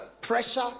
Pressure